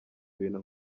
ibintu